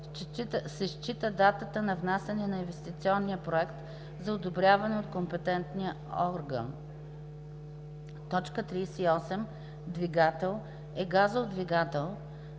се счита датата на внасяне на инвестиционния проект за одобряване от компетентния орган. 38. „Двигател“ е газов двигател,